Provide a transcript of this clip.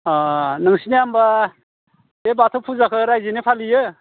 आह नोंसिनिया होमबा बे बाथौ फुजाखौ रायजोयैनो फालियो